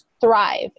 thrive